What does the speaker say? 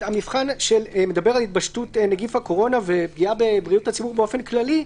המבחן שמדבר על התפשטות נגיף הקורונה ופגיעה בבריאות הציבור באופן כללי,